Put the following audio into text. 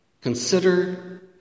Consider